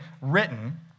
written